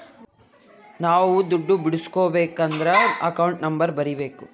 ನಾವ್ ದುಡ್ಡು ಬಿಡ್ಸ್ಕೊಬೇಕದ್ರ ಅಕೌಂಟ್ ನಂಬರ್ ಬರೀಬೇಕು